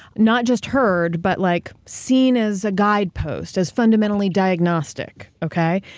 not just heard, but like seen as a guidepost, as fundamentally diagnostic, okay?